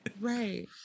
right